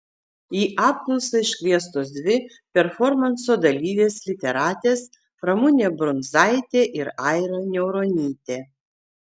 į apklausą iškviestos dvi performanso dalyvės literatės ramunė brunzaitė ir aira niauronytė